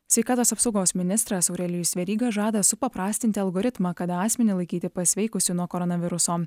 sveikatos apsaugos ministras aurelijus veryga žada supaprastinti algoritmą kada asmenį laikyti pasveikusiu nuo koronaviruso